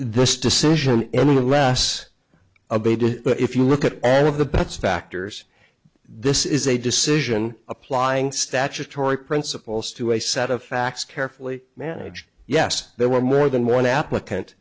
this decision any less a big deal if you look at all of the bets factors this is a decision applying statutory principles to a set of facts carefully managed yes there were more than one applicant